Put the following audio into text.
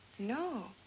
no.